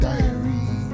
Diary